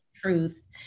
truth